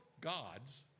God's